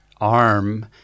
Arm